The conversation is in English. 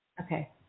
Okay